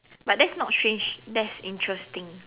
but that's not strange that's interesting